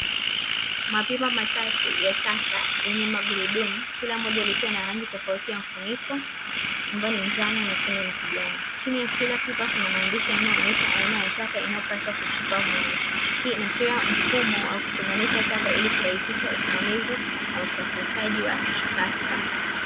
Mapipa matatu ya taka yenye magurudumu kila moja likiwa na rangi tofauti ya mfuniko, ambayo ni njano, nyekundu na kijani. Chini ya kila pipa kuna maandishi yanayo onesha aina ya taka inayo paswa kutupa humo. Hii inashiria mfumo wa kutenganisha taka ili kurahisisha usimamizi na uchakataji wa taka.